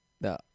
No